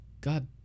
God